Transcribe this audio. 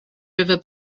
river